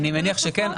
אני מניח שכן,